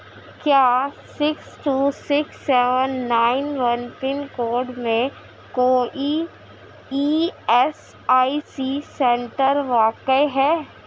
کیا six two six seven nine one pin code میں کوئی E S I C centre واقع ہے